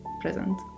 present